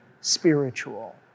spiritual